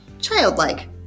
childlike